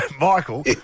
Michael